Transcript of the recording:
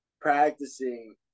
practicing